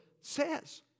says